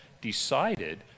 decided